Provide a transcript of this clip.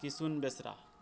ᱠᱤᱥᱩᱱ ᱵᱮᱥᱨᱟ